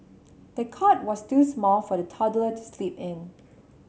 the cot was too small for the toddler to sleep in